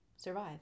survive